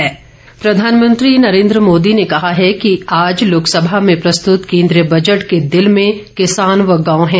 प्रधानमंत्री प्रधानमंत्री नरेन्द्र मोदी ने कहा है कि आज लोकसभा में प्रस्तुत केन्द्रीय बजट के दिल में किसान व गांव है